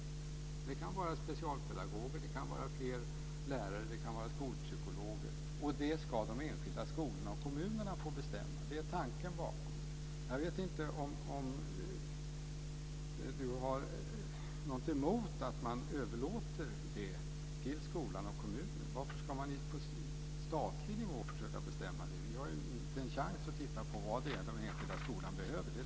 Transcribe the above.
Det kan vara specialpedagoger, fler lärare eller skolpsykologer. Det ska de enskilda skolorna och kommunerna få bestämma. Det är tanken bakom det. Jag vet inte om Ulf Nilsson har något emot att man överlåter det till skolan och kommunen. Varför ska man på statlig nivå försöka bestämma det? Vi har inte en chans att titta på vad den enskilda skolan behöver.